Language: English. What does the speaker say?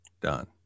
done